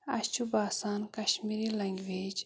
اَسہِ چھُ باسان کَشمیٖری لنٛگویج